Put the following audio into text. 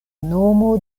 nomo